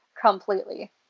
completely